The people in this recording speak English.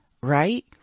Right